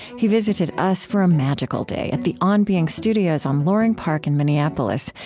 he visited us for a magical day at the on being studios on loring park in minneapolis,